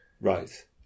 Right